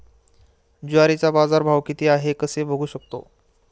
ज्वारीचा बाजारभाव किती आहे कसे बघू शकतो?